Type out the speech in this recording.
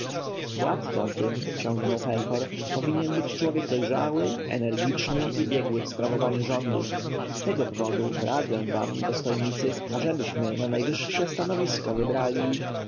władcą tym ciągnął herhor powinien być człowiek dojrzały energiczny i biegły w sprawowaniu rządów z tego powodu radzę wam dostojnicy ażebyśmy na najwyższe stanowisko wybrali